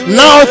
now